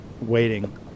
waiting